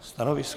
Stanovisko?